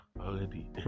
already